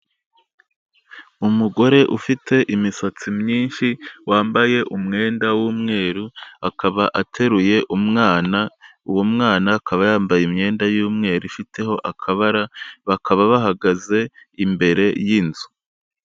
Umugore ufite imisatsi myinshi wambaye umwenda w'umweru, akaba ateruye umwana, uwo mwana akaba yambaye imyenda y'umweru ifiteho akabara, bakaba bahagaze imbere y'inzu.